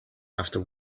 after